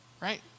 right